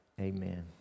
amen